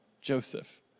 Joseph